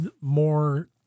more